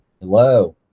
Hello